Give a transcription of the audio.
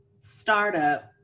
startup